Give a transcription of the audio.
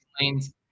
lanes